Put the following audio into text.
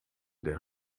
der